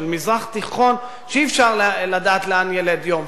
של מזרח תיכון שאי-אפשר לדעת בו מה ילד יום,